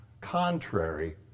contrary